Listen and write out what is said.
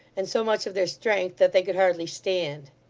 and so much of their strength that they could hardly stand.